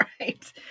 Right